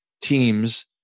teams